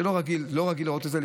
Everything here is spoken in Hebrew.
זה לא רגיל לראות את זה,